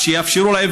אז שיאפשרו להם.